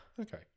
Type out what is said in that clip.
Okay